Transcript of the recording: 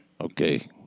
Okay